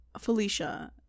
Felicia